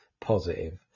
positive